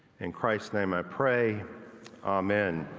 in christ name i pray amen.